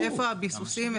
איפה הביסוסים.